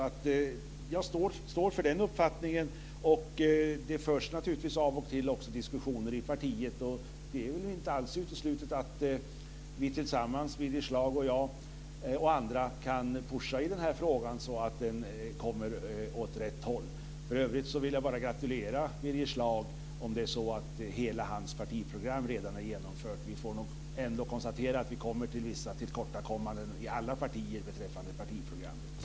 Jag står för den uppfattningen. Det förs naturligtvis av och till också diskussioner i partiet. Det är väl inte alls uteslutet att Birger Schlaug, jag och andra tillsammans kan pusha på i den här frågan så att den går åt rätt håll. För övrigt vill jag bara gratulera Birger Schlaug om det är så hela hans partiprogram redan är genomfört. Vi får nog ändå konstatera att vi kommer till vissa tillkortakommanden i alla partier beträffande partiprogrammet.